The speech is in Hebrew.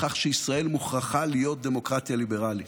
לכך שישראל מוכרחה להיות דמוקרטיה ליברלית,